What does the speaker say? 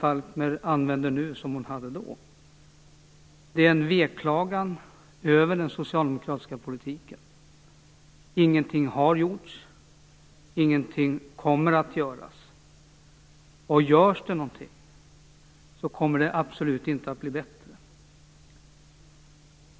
Det är fråga om en veklagan över den socialdemokratiska politiken: Ingenting har gjorts, och ingenting kommer att göras. Görs det någonting, kommer det absolut inte att bli bättre.